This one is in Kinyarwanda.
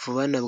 vuba.